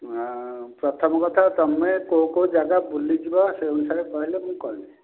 ପ୍ରଥମ କଥା ତୁମେ କେଉଁ କେଉଁ ଜାଗା ବୁଲି ଯିବ ସେହି ଅନୁସାରେ କହିଲେ ମୁଁ କହିବି